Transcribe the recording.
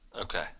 Okay